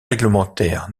réglementaires